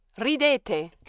Ridete